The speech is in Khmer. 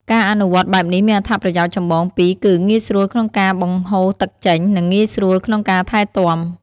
ការអនុវត្តបែបនេះមានអត្ថប្រយោជន៍ចម្បងពីរគឺ ងាយស្រួលក្នុងការបង្ហូរទឹកចេញ និងងាយស្រួលក្នុងការថែទាំ។